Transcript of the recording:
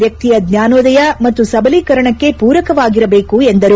ವ್ಯಕ್ತಿಯ ಜ್ವಾನೋದಯ ಮತ್ತು ಸಬಲೀಕರಣಕ್ಕೆ ಪೂರಕವಾಗಿರಬೇಕು ಎಂದರು